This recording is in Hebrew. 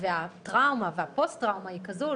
והטראומה והפוסט טראומה היא כזו,